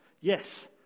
Yes